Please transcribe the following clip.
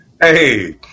Hey